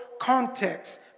context